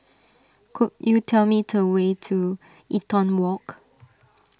could you tell me to way to Eaton Walk